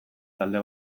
talde